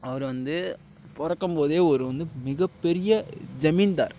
அவர் வந்து பிறக்கும் போதே ஒரு வந்து மிகப்பெரிய ஜமீன்தார்